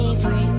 free